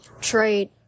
trade